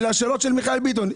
אלו השאלות של מיכאל ביטון.